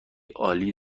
عالی